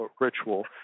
ritual